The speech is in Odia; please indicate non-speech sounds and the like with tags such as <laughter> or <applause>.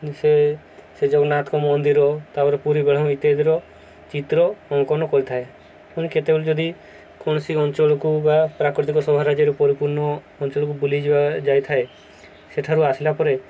ସେ ସେ ଜଗନ୍ନାଥଙ୍କ ମନ୍ଦିର ତାପରେ ପୁରୀ <unintelligible> ଇତ୍ୟାଦିର ଚିତ୍ର ଅଙ୍କନ କରିଥାଏ ତେଣୁ କେତେବେଳେ ଯଦି କୌଣସି ଅଞ୍ଚଳକୁ ବା ପ୍ରାକୃତିକ ସହର ରାଜ୍ୟକୁ ପରିପୂର୍ଣ୍ଣ ଅଞ୍ଚଳକୁ ବୁଲି ଯାଇଥାଏ ସେଠାରୁ ଆସିଲା ପରେ